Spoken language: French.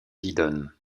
didonne